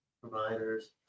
providers